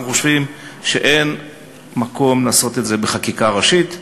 אנחנו חושבים שאין מקום לעשות את זה בחקיקה ראשית,